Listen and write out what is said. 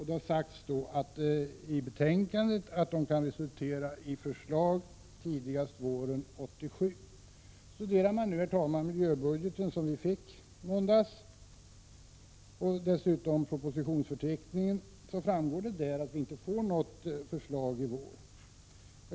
Det sägs i betänkandet att du”sa kan resultera i förslag tidigast våren 1987. Studerar man den miljöbudget som vi fick i måndags och dessutom propositionsförteckningen, finner man att vi inte får något förslag i vår.